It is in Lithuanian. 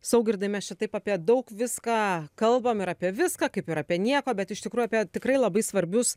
saugirdai mes čia taip apie daug viską kalbam ir apie viską kaip ir apie nieką bet iš tikrųjų apie tikrai labai svarbius